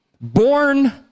born